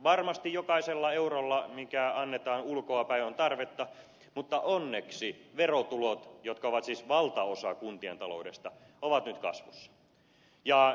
varmasti jokaiselle eurolle mikä annetaan ulkoapäin on tarvetta mutta onneksi verotulot jotka ovat siis valtaosa kuntien taloudesta ovat nyt kasvussa